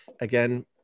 again